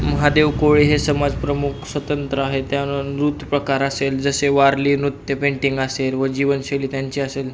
महादेव कोळी हे समाज प्रमुख स्वतंत्र आहे त्यान नृत्यप्रकार असेल जसे वारली नृत्य पेंटिंग असेल व जीवनशैली त्यांची असेल